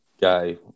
guy